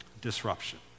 disruption